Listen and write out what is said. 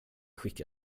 skicka